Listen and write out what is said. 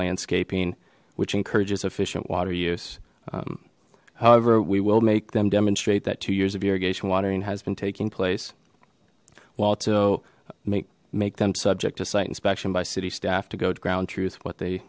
landscaping which encourages efficient water use however we will make them demonstrate that two years of irrigation watering has been taking place while to make make them subject to site inspection by city staff to go to ground truth what they